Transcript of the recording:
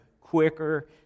quicker